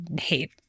hate